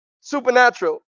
supernatural